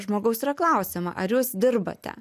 žmogaus yra klausiama ar jūs dirbate